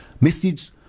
message